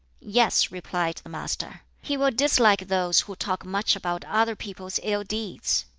yes, replied the master, he will dislike those who talk much about other people's ill-deeds.